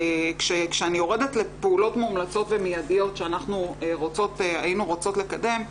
כשאני יורדת לפעולות מומלצות ומידיות שאנחנו היינו רוצות לקדם,